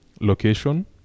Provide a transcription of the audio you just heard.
location